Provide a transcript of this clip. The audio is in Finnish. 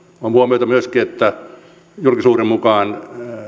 on huomioitava myöskin että julkisuuden mukaan